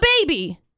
baby